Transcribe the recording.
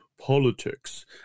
politics